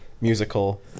musical